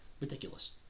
Ridiculous